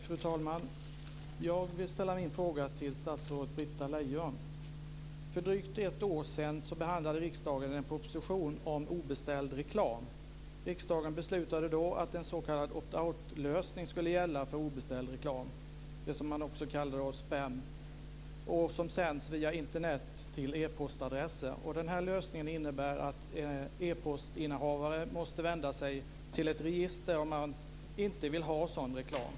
Fru talman! Jag vill ställa min fråga till statsrådet För drygt ett år sedan behandlade riksdagen en proposition om obeställd reklam. Riksdagen beslutade då att en s.k. opt out-lösning skulle gälla för obeställd reklam, det som man också kallar spam och som sänds via Internet till e-postadresser. Den här lösningen innebär att e-postinnehavare måste vända sig till ett register om de inte vill ha sådan reklam.